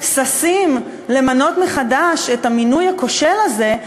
ששים למנות מחדש את המינוי הכושל הזה,